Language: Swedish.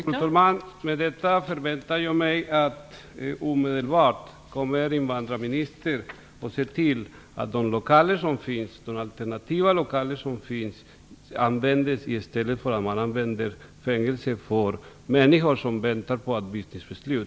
Fru talman! Med detta förväntar jag mig att invandrarministern omedelbart kommer att se till att de alternativa lokaler som finns används i stället för fängelse för de människor som väntar på avvisningsbeslut.